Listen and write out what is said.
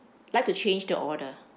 like to change the order